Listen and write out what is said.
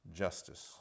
justice